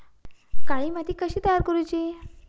काळी माती कशी तयार करूची?